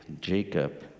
Jacob